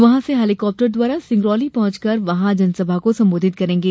वहां से हेलीकॉप्टर द्वारा सिंगरौली पहुंच कर वहां जनसभा को संबोधित करेंगे